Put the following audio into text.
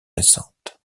récente